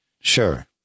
sure